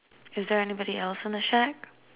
is there anybody else on the shack